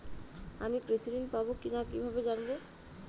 আমি কৃষি ঋণ পাবো কি না কিভাবে জানবো?